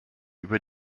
über